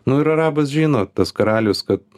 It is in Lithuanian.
nu ir arabas žino tas karalius kad